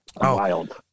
Wild